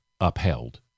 upheld